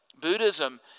Buddhism